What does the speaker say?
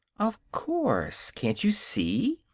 of course can't you see?